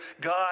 God